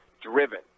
Driven